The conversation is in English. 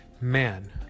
man